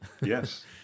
Yes